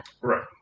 Right